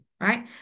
right